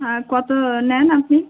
হ্যাঁ কত নেন আপনি